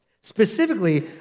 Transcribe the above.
specifically